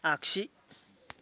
आगसि